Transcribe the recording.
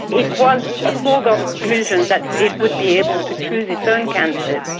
it was a foregone conclusion that it would be able to choose its own candidate,